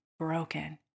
broken